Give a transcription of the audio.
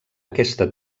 aquesta